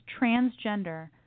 transgender